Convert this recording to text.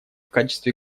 качестве